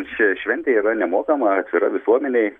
ši šventė yra nemokama atvira visuomenei